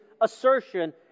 assertion